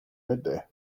midday